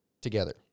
together